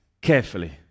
carefully